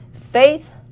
faith